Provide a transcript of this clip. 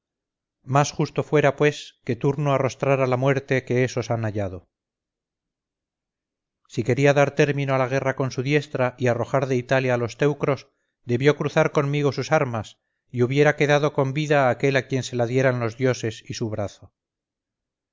más justo fuera pues que turno arrostrara la muerte que esos han hallado si quería dar término a la guerra con su diestra y arrojar de italia a los teucros debió cruzar conmigo sus armas y hubiera quedado con vida aquel a quien se la dieran los dioses y su brazo